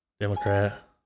democrat